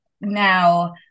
now